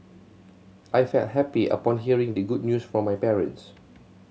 I felt happy upon hearing the good news from my parents